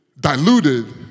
diluted